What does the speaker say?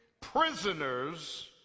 prisoners